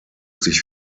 sich